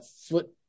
foot